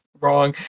wrong